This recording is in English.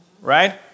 Right